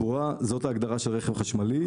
זו ההגדרה של רכב חשמלי בתקנות התעבורה,